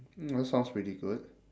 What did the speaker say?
mm that sounds pretty good